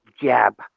jab